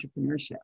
entrepreneurship